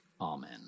Amen